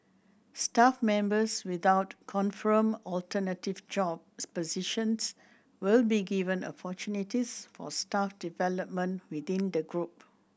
staff members without confirmed alternative jobs positions will be given opportunities for staff development within the group